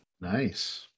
Nice